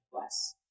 Yes